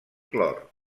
clor